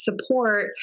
support